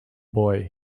boy